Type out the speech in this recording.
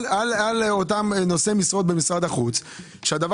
לגבי אותם נושאי משרות במשרד החוץ והנושא